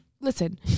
listen